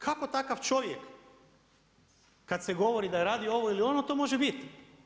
Kako takav čovjek kad se govori da radi ovo ili ono to može biti?